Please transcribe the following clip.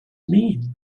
mean